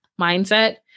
mindset